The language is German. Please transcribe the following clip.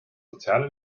soziale